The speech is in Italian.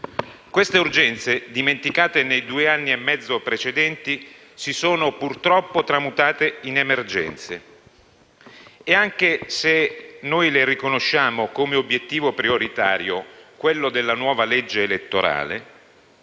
Queste urgenze, dimenticate nei due anni e mezzo precedenti, si sono purtroppo tramutate in emergenza. E, anche se noi le riconosciamo come obiettivo prioritario la nuova legge elettorale,